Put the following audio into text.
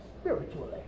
spiritually